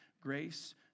grace